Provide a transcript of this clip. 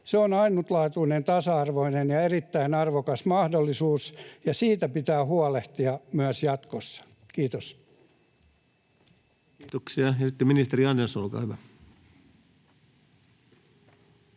Se on ainutlaatuinen, tasa-arvoinen ja erittäin arvokas mahdollisuus, ja siitä pitää huolehtia myös jatkossa. — Kiitos. [Speech 83] Speaker: